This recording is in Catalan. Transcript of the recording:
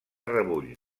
rebull